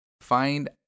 Find